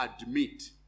admit